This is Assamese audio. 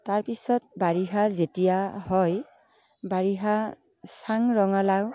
তাৰ পিছত বাৰিষা যেতিয়া হয় বাৰিষা চাং ৰঙালাও